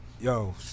yo